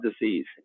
disease